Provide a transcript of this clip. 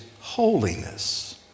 holiness